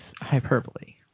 hyperbole